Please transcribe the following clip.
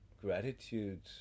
gratitude